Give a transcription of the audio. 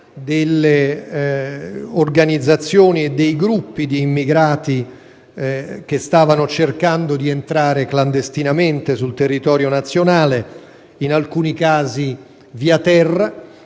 delle organizzazioni e dei gruppi di immigrati che stavano cercando di entrare clandestinamente nel territorio nazionale, in alcuni casi via terra: